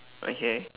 okay